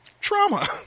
trauma